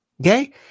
okay